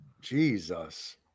Jesus